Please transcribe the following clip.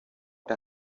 der